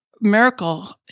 Miracle